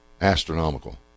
astronomical